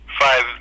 five